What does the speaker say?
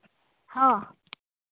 ᱦᱚᱸ